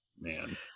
man